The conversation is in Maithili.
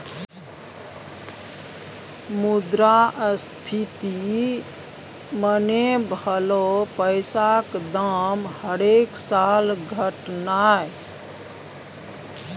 मुद्रास्फीति मने भलौ पैसाक दाम हरेक साल घटनाय